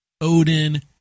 Odin